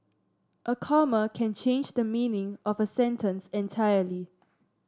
a comma can change the meaning of a sentence entirely